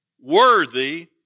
worthy